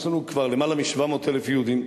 יש לנו כבר למעלה מ-700,000 יהודים,